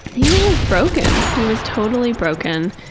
he was just broken. he was totally broken.